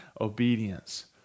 Obedience